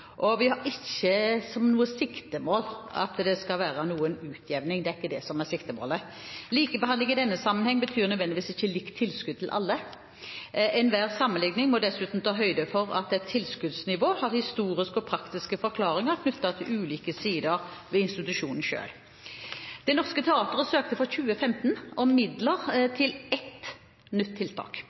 Vi har ikke som noe siktemål at det skal være noen utjevning – det er ikke det som er siktemålet. Likebehandling i denne sammenhengen betyr ikke nødvendigvis likt tilskudd til alle. Enhver sammenlikning må dessuten ta høyde for at et tilskuddsnivå har historiske og praktiske forklaringer knyttet til ulike sider ved institusjonen selv. Det Norske Teatret søkte for 2015 om midler til ett nytt tiltak.